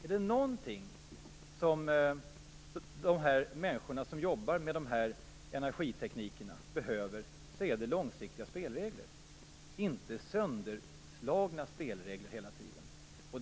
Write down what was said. Är det någonting som de människor som jobbar med de här energiteknikerna behöver, är det långsiktiga spelregler, inte spelregler som hela tiden slås sönder.